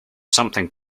something